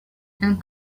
and